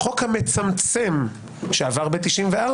החוק המצמצם שעבר ב-1994,